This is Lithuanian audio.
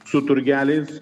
su turgeliais